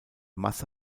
masse